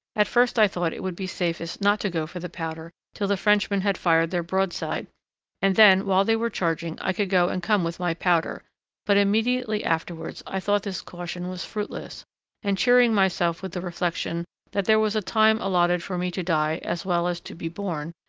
at first i thought it would be safest not to go for the powder till the frenchmen had fired their broadside and then, while they were charging, i could go and come with my powder but immediately afterwards i thought this caution was fruitless and, cheering myself with the reflection that there was a time allotted for me to die as well as to be born,